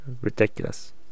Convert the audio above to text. Ridiculous